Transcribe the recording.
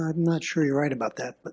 not sure you're right about that. but